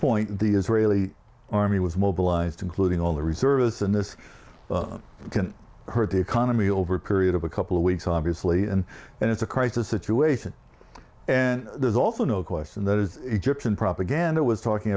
point the israeli army was mobilized including all the reservists and this can hurt the economy over a period of a couple of weeks obviously and and it's a crisis situation and there's also no question that as propaganda was talking